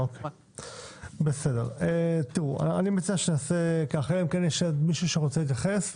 עוד מישהו שרוצה להתייחס?